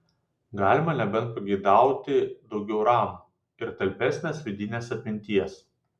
galima nebent pageidauti daugiau ram ir talpesnės vidinės atminties